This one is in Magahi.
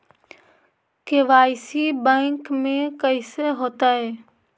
के.वाई.सी बैंक में कैसे होतै?